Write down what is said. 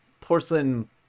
porcelain